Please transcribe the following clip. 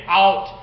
out